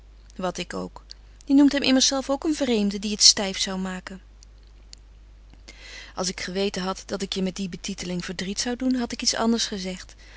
wat ik ook je noemt hem immers zelf ook een vreemde die het stijf zou maken als ik geweten had dat ik je met die betiteling verdriet zou doen had ik iets anders gezegd